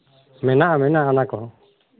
ᱢᱮᱱᱟᱜᱼᱟ ᱢᱮᱱᱟᱜᱼᱟ ᱚᱱᱟ ᱠᱚᱦᱚᱸ